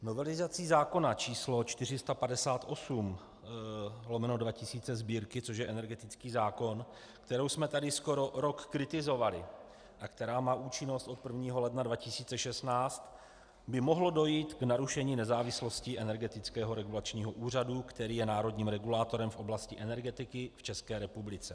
Novelizací zákona č. 458/2000 Sb., což je energetický zákon, kterou jsme tady skoro rok kritizovali a která má účinnost od 1. ledna 2016, by mohlo dojít k narušení nezávislosti Energetického regulačního úřadu, který je národním regulátorem v oblasti energetiky v České republice.